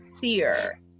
fear